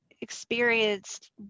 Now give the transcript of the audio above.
experienced